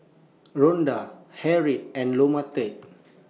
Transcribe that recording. Rhonda Harriet and Lamonte